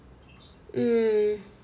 mm